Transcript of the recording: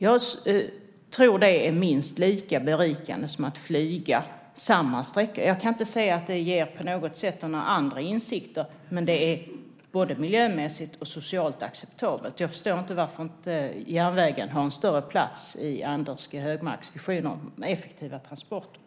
Jag tror att det är minst lika berikande som att flyga samma sträcka - jag kan inte se att det på något sätt ger några andra insikter. Det är både miljömässigt och socialt acceptabelt. Jag förstår inte varför inte järnvägen har en större plats i Anders G Högmarks visioner om effektiva transporter.